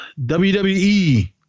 WWE